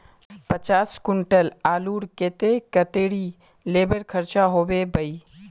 पचास कुंटल आलूर केते कतेरी लेबर खर्चा होबे बई?